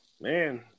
man